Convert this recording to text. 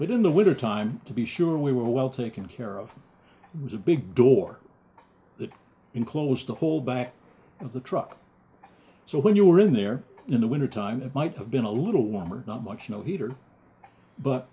but in the winter time to be sure we were well taken care of was a big door that enclosed the whole back of the truck so when you were in there in the winter time it might have been a little warmer not much no heater but